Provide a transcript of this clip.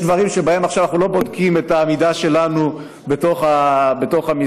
יש דברים שבהם עכשיו אנחנו לא בודקים את העמידה שלנו בתוך המסגרת.